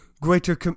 greater